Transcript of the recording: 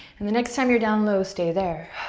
and the next time you're down low, stay there.